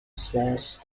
smash